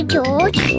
George